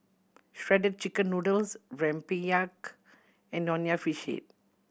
Shredded Chicken Noodles rempeyek and Nonya Fish Head